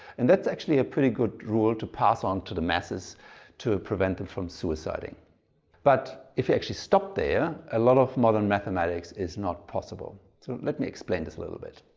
and that's actually a pretty good rule to pass on to the masses to prevent them from suiciding but if you actually stop there a lot of modern mathematics is not possible. so let me explain this a little bit.